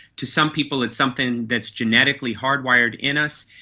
to some people it's something that is genetically hardwired in us,